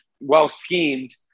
well-schemed